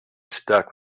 stuck